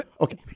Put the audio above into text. Okay